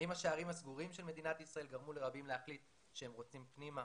האם השערים סגורים של מדינת ישראל גרמו לרבים להחליט שהם רוצים פנימה,